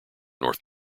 north